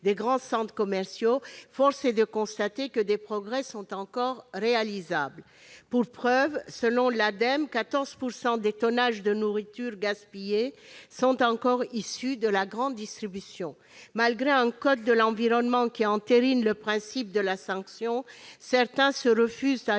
les grands centres commerciaux, force est de constater que des progrès sont encore réalisables. Pour preuve, selon l'Ademe, 14 % des tonnages de nourritures gaspillées sont encore issus de la grande distribution. Bien que le code de l'environnement entérine le principe de la sanction, certains se refusent à